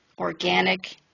organic